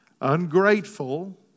Ungrateful